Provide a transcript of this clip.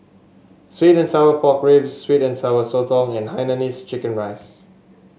sweet and Sour Pork Ribs sweet and Sour Sotong and Hainanese Chicken Rice